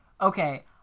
okay